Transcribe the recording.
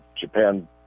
Japan